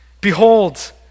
Behold